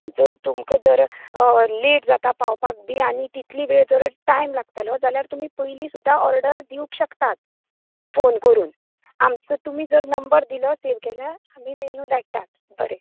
जर तुमकां जर लेट जाता पावपाक बी आनी ती वेळ जर टायम लागतलो जाल्यार तुमी पयलीं सुद्दां ऑर्डर दिवंक शकतात फोन कोरून आमचो तुमी जर नंबर दिलो सेव केल्यार मेनू धाडटात बरें